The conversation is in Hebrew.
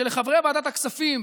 שלחברי ועדת הכספים,